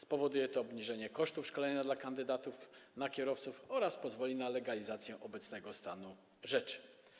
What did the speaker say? Spowoduje to obniżenie kosztów szkolenia dla kandydatów na kierowców oraz pozwoli na legalizację obecnego stanu rzeczy.